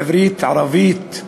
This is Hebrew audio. עברית, ערבית,